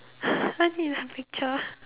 right in the picture